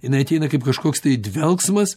jinai ateina kaip kažkoks tai dvelksmas